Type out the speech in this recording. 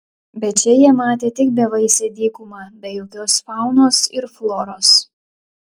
bet čia jie matė tik bevaisę dykumą be jokios faunos ir floros